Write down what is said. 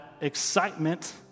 excitement